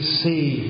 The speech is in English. see